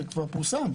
זה כבר פורסם.